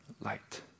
light